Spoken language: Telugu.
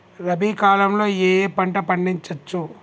రబీ కాలంలో ఏ ఏ పంట పండించచ్చు?